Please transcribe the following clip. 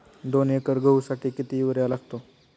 दोन एकर गहूसाठी किती युरिया लागतो?